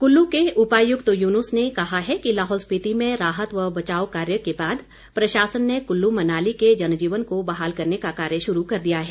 कुल्लू के उपायुक्त युनुस ने कहा है कि लाहौल स्पीति में राहत व बचाव कार्य के बाद प्रशासन ने कुल्लू मनाली के जनजीवन को बहाल करने का कार्य शुरू कर दिया है